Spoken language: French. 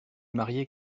marié